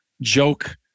joke